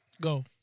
Go